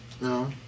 No